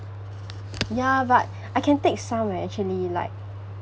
ya but I can take some leh actually like